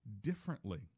differently